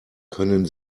können